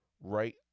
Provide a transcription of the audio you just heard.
right